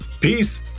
Peace